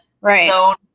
right